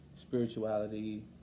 spirituality